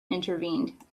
intervened